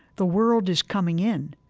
the world is coming in,